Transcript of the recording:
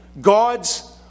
God's